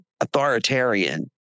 authoritarian